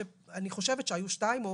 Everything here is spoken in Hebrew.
אני חושבת שהיו שתיים.